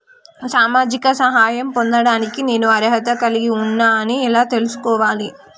సామాజిక సహాయం పొందడానికి నేను అర్హత కలిగి ఉన్న అని ఎలా తెలుసుకోవాలి?